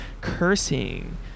cursing